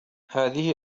هذه